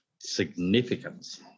significance